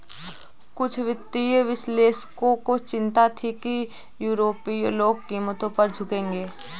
कुछ वित्तीय विश्लेषकों को चिंता थी कि यूरोपीय लोग कीमतों पर झुकेंगे